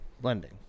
blending